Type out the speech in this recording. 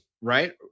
Right